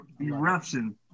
eruption